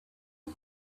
wii